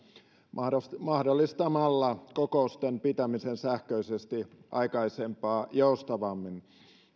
mahdollistamalla kokousten pitämisen sähköisesti aikaisempaa joustavammin